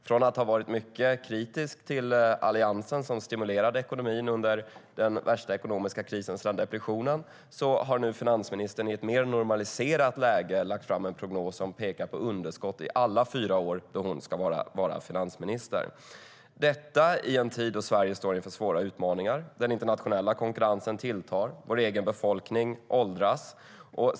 Från att ha varit mycket kritisk till Alliansen som stimulerade ekonomin under den värsta ekonomiska tiden sedan depressionen har nu finansministern i ett mer normaliserat läge lagt fram en prognos som pekar på underskott i alla fyra år då hon ska vara finansminister. Detta sker i en tid då Sverige står inför svåra utmaningar. Den internationella konkurrensen tilltar, och vår egen befolkning åldras.